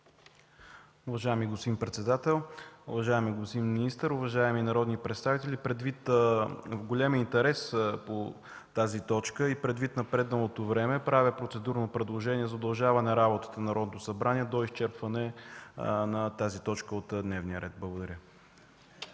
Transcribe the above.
Уважаеми господин председател, уважаеми господин министър, уважаеми народни представители, предвид големия интерес по тази точка и предвид напредналото време правя процедурно предложение за удължаване работата на Народното събрание до изчерпване на тази точка от дневния ред. Благодаря.